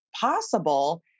possible